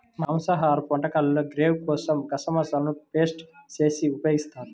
మాంసాహరపు వంటకాల్లో గ్రేవీ కోసం గసగసాలను పేస్ట్ చేసి ఉపయోగిస్తారు